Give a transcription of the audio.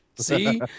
see